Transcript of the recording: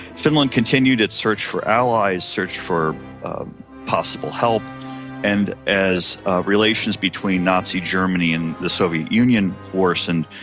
finland continued its search for allies, searched for possible help and as relations between nazi germany and the soviet union worsened,